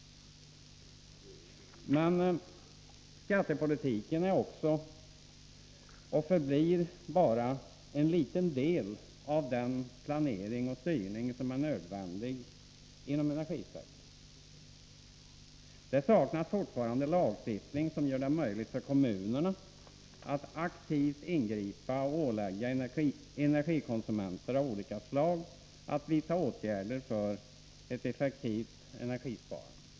Men skattepolitiken är och förblir bara en liten del av den planering och styrning som är nödvändig inom energisektorn. Det saknas fortfarande lagstiftning, som gör det möjligt för kommunerna att aktivt ingripa och ålägga energikonsumenter av skilda slag att vidta åtgärder för ett effektivt energisparande.